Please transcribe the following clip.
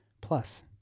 Plus